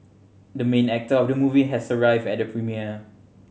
the main actor of the movie has arrived at the premiere